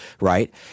right